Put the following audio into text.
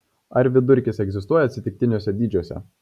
ar vidurkis egzistuoja atsitiktiniuose dydžiuose